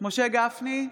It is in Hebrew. משה גפני,